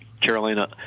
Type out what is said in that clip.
Carolina